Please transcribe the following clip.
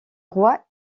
roi